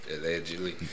allegedly